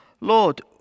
Lord